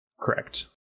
Correct